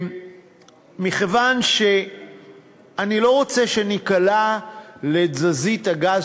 מכיוון שאני לא רוצה שניקלע לתזזית הגז